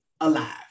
alive